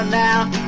now